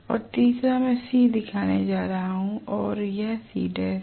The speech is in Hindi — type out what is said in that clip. और तीसरा मैं C दिखाने जा रहा हूं और यह C' है